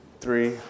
three